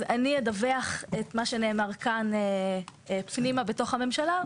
אז אני אדווח את מה שנאמר כאן פנימה בתוך הממשלה.